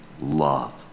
love